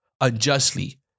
unjustly